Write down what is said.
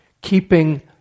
Keeping